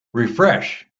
refresh